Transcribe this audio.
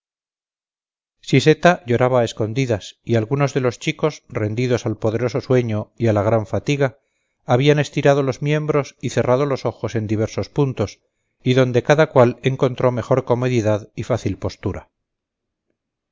ella siseta lloraba a escondidas y algunos de los chicos rendidos al poderoso sueño y a la gran fatiga habían estirado los miembros y cerrado los ojos en diversos puntos y donde cada cual encontró mejor comodidad y fácil postura